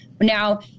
now